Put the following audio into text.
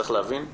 צריך להבין,